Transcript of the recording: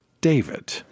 David